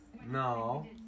No